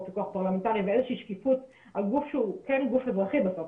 פיקוח פרלמנטרי ואיזה שהיא שקיפות על גוף שהוא כן גוף אזרחי בכלל,